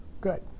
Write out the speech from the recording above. good